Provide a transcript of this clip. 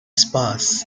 spas